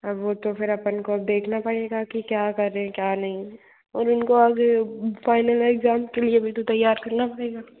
अब वो तो फिर अपन को देखना पड़ेगा कि क्या कर रहें क्या नहीं और उनको आगे फाइनल इग्ज़ैम्स के लिए भी तैयार करना पड़ेगा